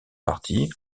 partie